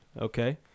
okay